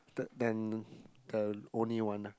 the then the only one lah